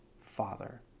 Father